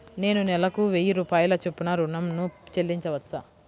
నేను నెలకు వెయ్యి రూపాయల చొప్పున ఋణం ను చెల్లించవచ్చా?